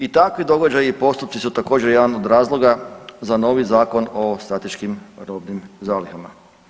I takvi događaji i postupci su također jedan od razloga za novi Zakon o strateškim robnim zalihama.